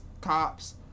cops